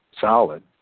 solid